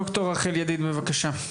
ד"ר רחל ידיד, בבקשה.